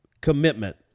Commitment